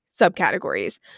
subcategories